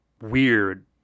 weird